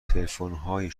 تلفنهای